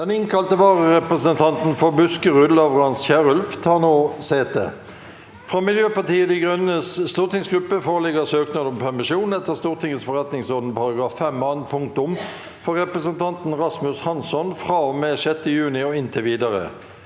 Den innkalte vararepresen- tanten for Buskerud, Lavrans Kierulf, tar nå sete. Fra Miljøpartiet De Grønnes stortingsgruppe foreligger søknad om permisjon etter Stortingets forretningsorden § 5 annet punktum for representanten Rasmus Hansson fra og med 6. juni og inntil videre.